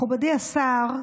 מכובדי השר,